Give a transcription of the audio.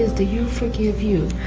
is, do you forgive you?